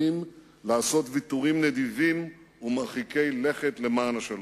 לעשות ויתורים נדיבים ומרחיקי לכת למען השלום.